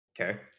Okay